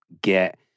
get